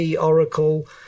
Oracle